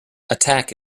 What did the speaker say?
attack